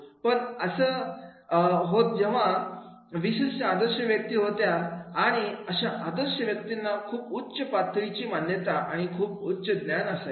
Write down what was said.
पण एका असं होता जेव्हा विशिष्ट आदर्श व्यक्ती होत्या आणि अशा आदर्श व्यक्तींना खूप उच्च पातळीची मान्यता आणि खूप उच्च ज्ञान असायचे